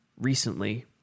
recently